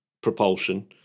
propulsion